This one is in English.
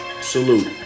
salute